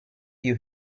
you